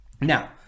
Now